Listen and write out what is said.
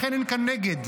ולכן אין כאן נגד.